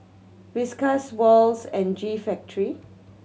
Whiskas Wall's and G Factory